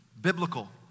biblical